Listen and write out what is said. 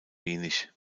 wenig